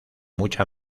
mucha